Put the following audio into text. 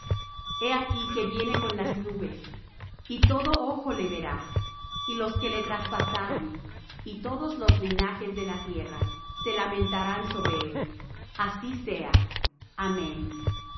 he aquí que viene con las nubes y todo ojo le verá y los que le traspasaron y todos los linajes de la tierra se lamentarán sobre él así sea amén